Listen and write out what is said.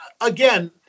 again